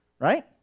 right